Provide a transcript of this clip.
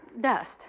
Dust